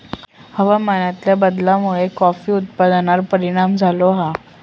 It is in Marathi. हवामानातल्या बदलामुळे कॉफी उत्पादनार परिणाम झालो आसा